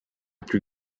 plus